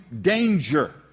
danger